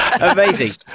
Amazing